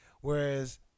whereas